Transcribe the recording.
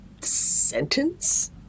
sentence